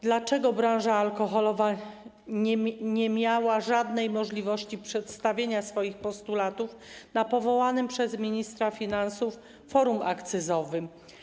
Dlaczego branża alkoholowa nie miała żadnej możliwości przedstawienia swoich postulatów na powołanym przez ministra finansów forum akcyzowym?